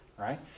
right